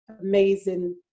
amazing